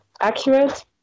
accurate